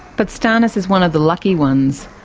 but stanis is one of the lucky ones.